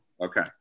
okay